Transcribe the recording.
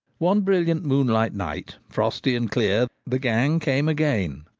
one brilliant moonlight night, frosty and clear, the gang came again.